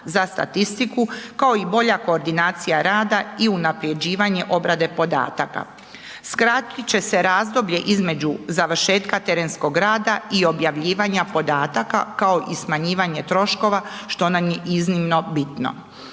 za statistiku kao i bolja koordinacija rada i unapređivanje obrade podataka. Skratit će se razdoblje između završetka terenskog rada i objavljivanje podataka kao i smanjivanje troškova što nam je iznimno bitno.